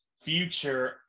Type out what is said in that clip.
future